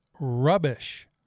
rubbish